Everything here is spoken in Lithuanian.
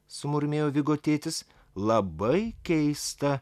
sumurmėjo vigo tėtis labai keista